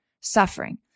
suffering